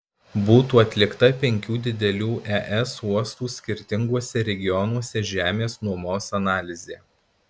būtų atlikta penkių didelių es uostų skirtinguose regionuose žemės nuomos analizė